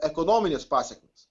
ekonominės pasekmės